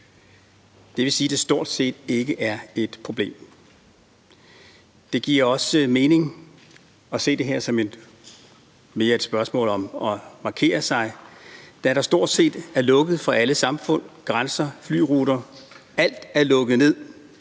Det vil sige, at det stort set ikke er et problem. Det giver også mening at se det her mere som et spørgsmål om at markere sig, da der stort set er lukket for alle samfund, grænser, flyruter. Alt er lukket ned.